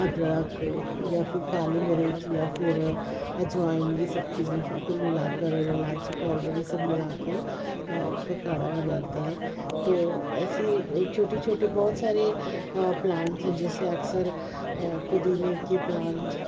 ادرک یا پھر کالی مرچ یا پھر اجوائن یہ سب چیزوں سب کو ملا کر الائچی پاؤڈر یہ سب ملا کے اس کا کاڑھا بناتے ہیں تو ایسی چھوٹی چھوٹی بہت ساری پلانٹ ہیں جیسے اکثر پودینے کے پلانٹ